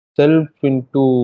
self-into